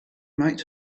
might